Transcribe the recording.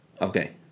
Okay